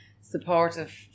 supportive